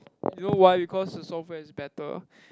you know why because the software is better